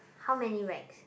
how many racks